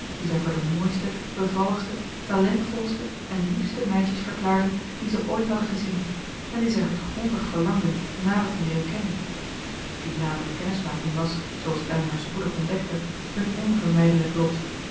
die zij voor de mooiste bevalligste talentvolste en liefste meisjes verklaarden die ze ooit hadden gezien en die zij hartgrondig verlangden nader te leeren kennen die nadere kennismaking was zooals elinor spoedig ontdekte hun onvermijdelijk lot